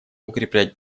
укреплять